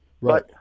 Right